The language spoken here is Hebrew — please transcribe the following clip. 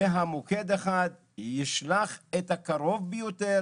והמוקד האחד ישלח את הקרוב ביותר